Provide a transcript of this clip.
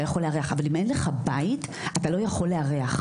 אבל אם אין לך בית אתה לא יכול לארח.